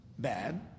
bad